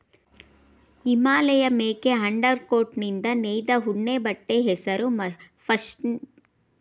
ಹಿಮಾಲಯಮೇಕೆ ಅಂಡರ್ಕೋಟ್ನಿಂದ ನೇಯ್ದ ಉಣ್ಣೆಬಟ್ಟೆ ಹೆಸರು ಪಷ್ಮಿನ ಇದು ಮೃದುವಾದ್ ವಿನ್ಯಾಸದಲ್ಲಯ್ತೆ